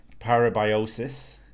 parabiosis